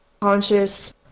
conscious